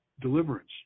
deliverance